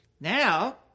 Now